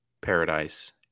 paradise